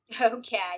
Okay